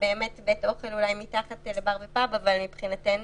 באמת בית אוכל הוא אולי מתחת לבר ופאב אבל מבחינתנו